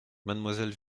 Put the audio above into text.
mademoiselle